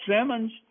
Simmons